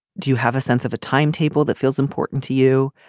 do you have a sense of a timetable that feels important to you.